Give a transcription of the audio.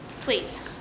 Please